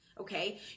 Okay